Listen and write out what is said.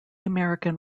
american